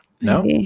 No